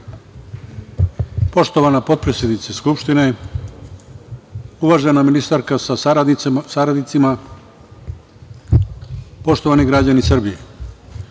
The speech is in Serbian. Poštovana potpredsednice Skupštine, uvažena ministarka sa saradnicima, poštovani građani Srbije,